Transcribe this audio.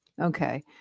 Okay